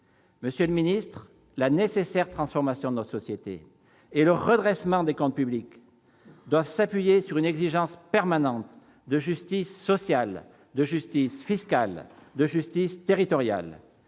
Monsieur le ministre, la nécessaire transformation de notre société et le redressement des comptes publics doivent s'appuyer sur une exigence permanente de justice sociale, de justice fiscale, de justice territoriale.